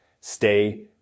stay